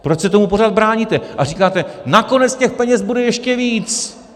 Proč se tomu pořád bráníte a říkáte, nakonec těch peněz bude ještě víc!